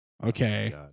Okay